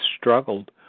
struggled